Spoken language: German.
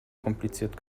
kompliziert